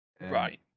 Right